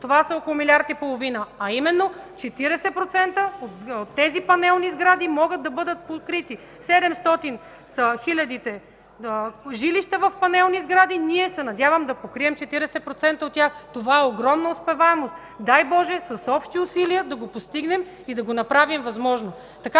Това са около милиард и половина, а именно 40% от тези панелни сгради могат да бъдат покрити. Седемстотин хиляди са жилищата в панелни сгради. Надявам се да покрием 40% от тях. Това е огромна успеваемост. Дай Боже, с общи усилия да го постигнем и направим възможно.